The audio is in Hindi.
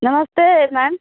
नमस्ते मैम